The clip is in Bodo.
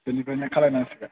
बेनिफ्रायनो खालामनांसिगोन